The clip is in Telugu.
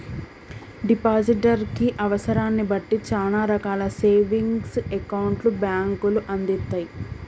డిపాజిటర్ కి అవసరాన్ని బట్టి చానా రకాల సేవింగ్స్ అకౌంట్లను బ్యేంకులు అందిత్తయ్